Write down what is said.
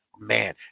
man